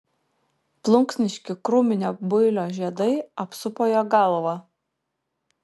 plunksniški krūminio builio žiedai apsupo jo galvą